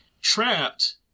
trapped